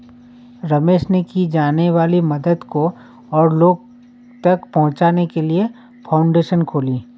रमेश ने की जाने वाली मदद को और लोगो तक पहुचाने के लिए फाउंडेशन खोली